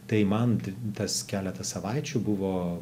tai man tas keletą savaičių buvo